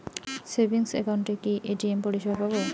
Savings একাউন্টে কি ATM পরিসেবা পাব?